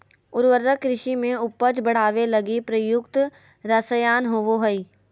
उर्वरक कृषि में उपज बढ़ावे लगी प्रयुक्त रसायन होबो हइ